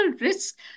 risks